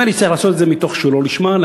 נדמה לי שצריך לעשות את זה מתוך שלא לשמה.